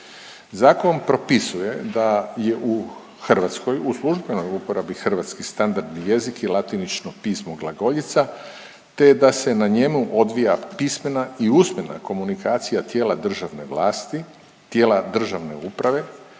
Zakon propisuje da je u Hrvatskoj u službenoj uporabi hrvatski standardni jezik i latinično pismo glagoljica te da se na njemu odvija pismena i usmena komunikacija tijela, tijela državne uprave,